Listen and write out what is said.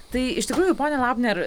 tai iš tikrųjų ponia laubner